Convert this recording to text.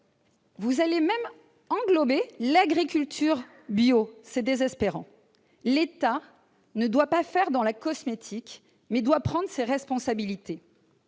vous allez même englober l'agriculture bio. C'est désespérant ! L'État ne doit pas faire dans le cosmétique : il doit prendre ses responsabilités.